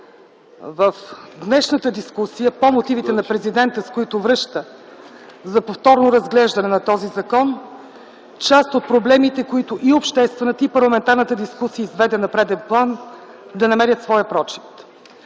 в днешната дискусия по Мотивите на президента, с които връща за повторно разглеждане този закон, част от проблемите, които и обществената, и парламентарната дискусия изведе на преден план, да намерят своя прочит.